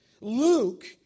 Luke